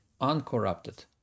uncorrupted